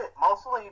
Mostly